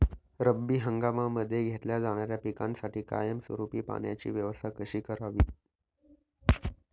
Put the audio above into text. रब्बी हंगामामध्ये घेतल्या जाणाऱ्या पिकांसाठी कायमस्वरूपी पाण्याची व्यवस्था कशी करावी?